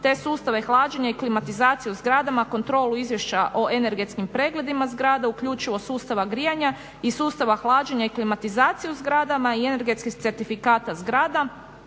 te sustave hlađenja i klimatizacije u zgradama, kontrolu izvješća o energetskim pregledima zgrada, uključivo sustava grijanja i sustava hlađenja i klimatizaciju zgradama i energetskih certifikata zgrada,